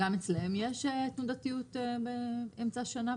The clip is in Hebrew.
גם אצלם יש תנודתיות באמצע השנה,